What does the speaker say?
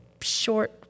short